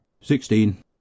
Sixteen